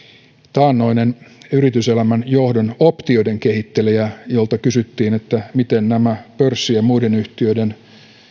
taannoinen yrityselämän johdon optioiden kehittelijä jolta kysyttiin että miten nämä pörssi ja muiden yhtiöiden